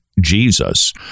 Jesus